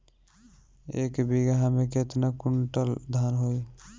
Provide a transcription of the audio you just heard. एक बीगहा में केतना कुंटल धान होई?